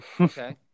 Okay